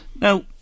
Now